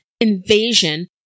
invasion